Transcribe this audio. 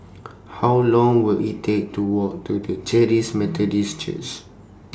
How Long Will IT Take to Walk to The Charis Methodist Church